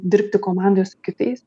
dirbti komandoje su kitais